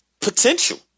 potential